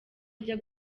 ajya